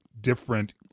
different